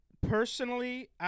personally